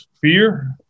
fear